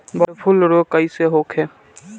Bird flu रोग कईसे होखे?